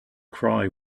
cry